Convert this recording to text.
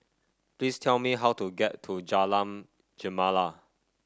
please tell me how to get to Jalan Gemala